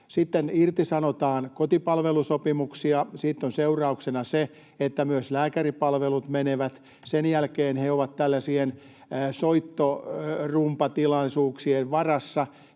— ja irtisanotaan kotipalvelusopimuksia. Siitä on seurauksena se, että myös lääkäripalvelut menevät, ja sen jälkeen he ovat tällaisen soittorumban varassa.